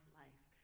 life